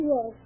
Yes